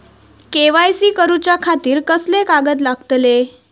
KYC करूच्या खातिर कसले कागद लागतले?